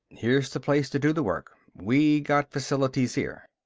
here's the place to do the work. we got facilities here.